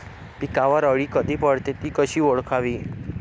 पिकावर अळी कधी पडते, ति कशी ओळखावी?